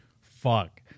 Fuck